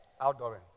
Outdooring